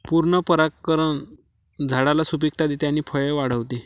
पूर्ण परागकण झाडाला सुपिकता देते आणि फळे वाढवते